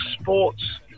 sports